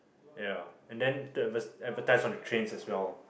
yeah and then the advertise on the trains as well